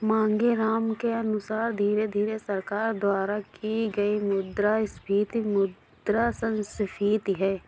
मांगेराम के अनुसार धीरे धीरे सरकार द्वारा की गई मुद्रास्फीति मुद्रा संस्फीति है